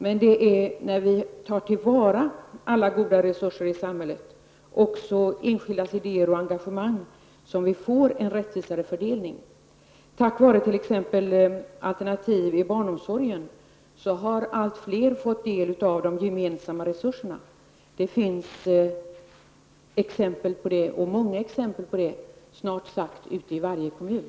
Det är dock när vi tar till vara alla goda resurser i samhället och enskildas idéer och engagemang som vi kan få en rättvisare fördelning. Tack vare t.ex. alternativ i barnomsorgen har allt fler fått del av de gemensamma resurserna. Det finns många exempel på det, snart sagt i varje kommun.